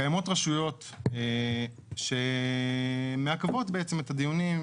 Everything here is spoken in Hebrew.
קיימות רשויות שמעכבות בעצם את הדיונים,